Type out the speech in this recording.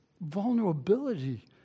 vulnerability